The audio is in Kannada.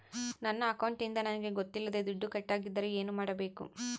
ನನ್ನ ಅಕೌಂಟಿಂದ ನನಗೆ ಗೊತ್ತಿಲ್ಲದೆ ದುಡ್ಡು ಕಟ್ಟಾಗಿದ್ದರೆ ಏನು ಮಾಡಬೇಕು?